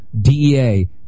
DEA